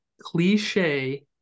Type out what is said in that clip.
cliche